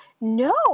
no